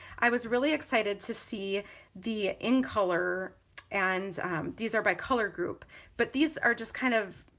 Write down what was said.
i was really excited to see the in color and these are by color group but these are just kind of,